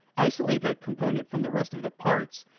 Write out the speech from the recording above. isolate that component from the rest of the parts,